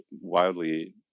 wildly